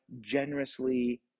generously